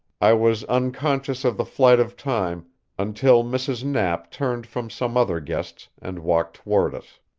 i was unconscious of the flight of time until mrs. knapp turned from some other guests and walked toward us.